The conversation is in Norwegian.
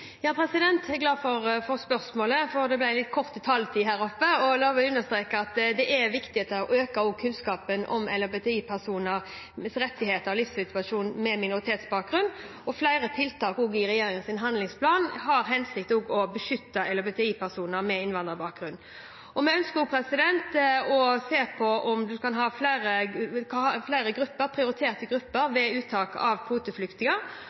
Jeg er glad for spørsmålet. Det ble litt kort taletid i sted. La meg understreke at det er viktig å øke kunnskapen om rettighetene og livssituasjonen til LHBTI-personer med minoritetsbakgrunn. Flere tiltak i regjeringens handlingsplan har til hensikt å beskytte LHBTI-personer med innvandrerbakgrunn. Vi ønsker å se på om man kan ha flere